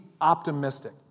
optimistic